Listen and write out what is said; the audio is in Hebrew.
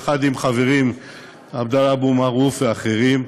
יחד עם החברים עבדאללה אבו מערוף ואחרים,